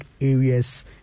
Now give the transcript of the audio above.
areas